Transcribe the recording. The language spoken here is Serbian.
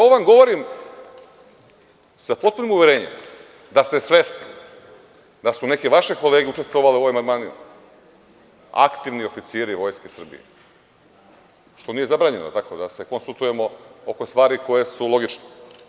Ovo vam govorim sa potpunim uverenjem da ste svesni da su neke vaše kolege učestvovale u ovim amandmanima, aktivni oficiri Vojske Srbije, što nije zabranjeno, jel tako, da se konsultujemo oko stvari koje su logične.